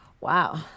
Wow